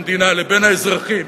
המדינה לבין האזרחים,